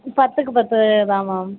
பத்துக்கு பத்து தான் மேம்